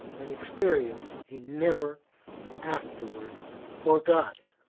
an experience he never afterward forgot.